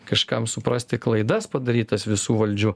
kažkam suprasti klaidas padarytas visų valdžių